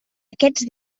aquests